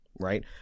Right